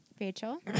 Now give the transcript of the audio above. Rachel